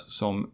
som